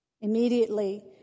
Immediately